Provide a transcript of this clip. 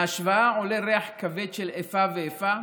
מההשוואה עולה ריח כבד של איפה ואיפה,